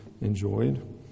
enjoyed